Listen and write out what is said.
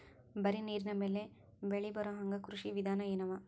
ಬರೀ ನೀರಿನ ಮೇಲೆ ಬೆಳಿ ಬರೊಹಂಗ ಕೃಷಿ ವಿಧಾನ ಎನವ?